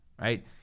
Right